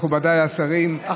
מכובדיי השרים,